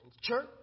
Church